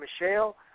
Michelle